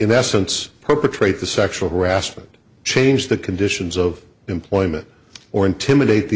in essence perpetrate the sexual harassment change the conditions of employment or intimidate the